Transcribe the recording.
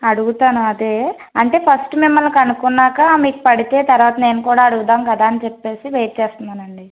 అడుగుతాను అదే అంటే ఫస్ట్ మిమ్మల్ని కనుకున్నాక మీకు పడితే తర్వాత నేను కూడా అడుగుదాం కదా అని చెప్పేసి వెయిట్ చేస్తున్నానండి